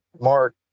Mark